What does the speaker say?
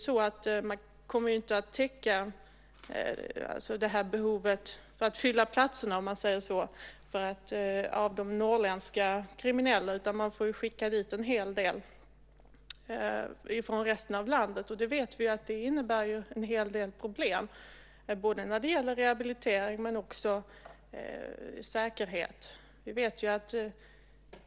Man kommer inte att kunna fylla platserna med norrländska kriminella, utan man får skicka dit en hel del från resten av landet. Vi vet att det innebär en hel del problem, när det gäller både rehabilitering och säkerhet.